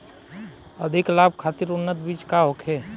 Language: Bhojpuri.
अधिक लाभ खातिर उन्नत बीज का होखे?